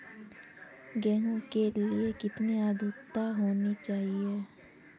गेहूँ के लिए कितनी आद्रता होनी चाहिए?